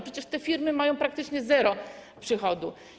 Przecież te firmy mają praktycznie zero przychodu.